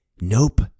nope